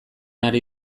ari